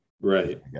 right